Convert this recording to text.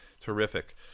terrific